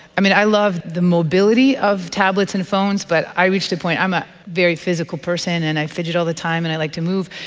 and i love the mobility of tablets and phones but i reached a point, i'm a very physical person and i fidget all the time and i like to move,